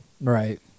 Right